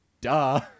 Duh